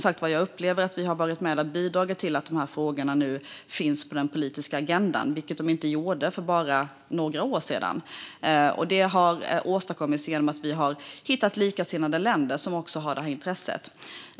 Jag upplever, som sagt var, att vi har bidragit till att dessa frågor nu finns på den politiska agendan, vilket de inte gjorde för bara några år sedan. Detta har åstadkommits genom att vi har hittat likasinnade länder som också har det intresset.